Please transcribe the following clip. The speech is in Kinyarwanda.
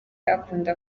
akunda